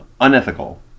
unethical